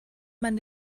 man